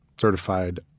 certified